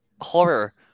Horror